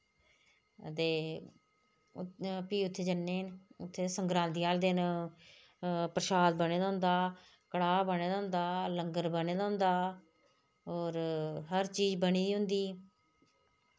अते फ्ही उत्थै जन्ने न उत्थै संगरादी आह्ले दिन प्रशाद बने दा होंदा कड़ाह् बने दा होंदा लंगर बने दा होंदा और हर चीज बनी दा होंदी